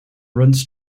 runs